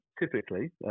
typically